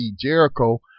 Jericho